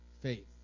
Faith